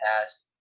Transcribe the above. past